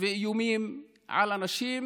ואיומים על אנשים